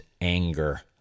anger